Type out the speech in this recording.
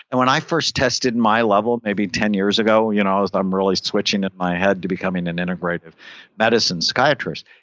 and when i first tested my level maybe ten years ago, you know i'm really switching in my head to become an integrative medicine psychiatrist,